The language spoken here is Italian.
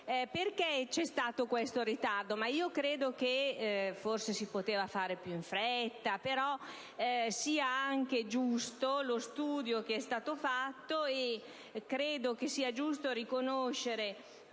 Perché c'è stato questo ritardo? Forse si poteva fare più in fretta, ritengo però giusto lo studio che è stato fatto e credo che sia giusto riconoscere